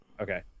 okay